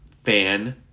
Fan